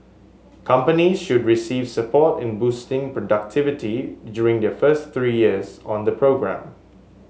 companies should receive support in boosting productivity during their first three years on the programme